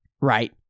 right